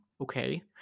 Okay